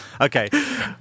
Okay